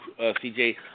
CJ